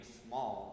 small